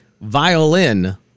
violin